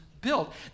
built